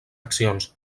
accions